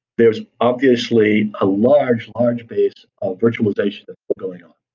there's obviously a large, large base of virtualization going on,